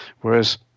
whereas